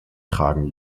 tragen